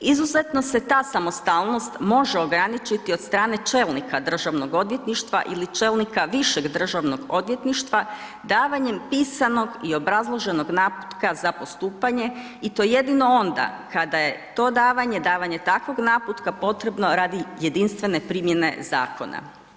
Izuzetno se ta samostalnost može ograničiti od strane čelnika Državnog odvjetništva ili čelnika višeg Državnog odvjetništva davanjem pisanog i obrazloženog naputka za postupanje i to jedino onda kada je to davanje, davanje takvog naputka potrebno radi jedinstvene primjene zakona.